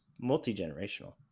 multi-generational